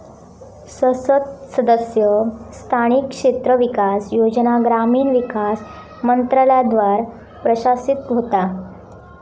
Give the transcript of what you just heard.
संसद सदस्य स्थानिक क्षेत्र विकास योजना ग्रामीण विकास मंत्रालयाद्वारा प्रशासित होता